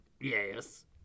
yes